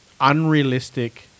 unrealistic